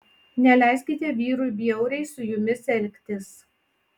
neleiskite vyrui bjauriai su jumis elgtis